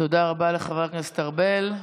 תודה רבה לחבר הכנסת ארבל.